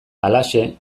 halaxe